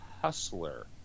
Hustler